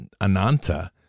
Ananta